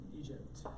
Egypt